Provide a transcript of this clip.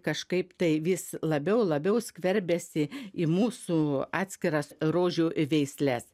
kažkaip tai vis labiau labiau skverbiasi į mūsų atskiras rožių veisles